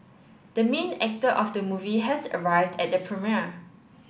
the main actor of the movie has arrived at the premiere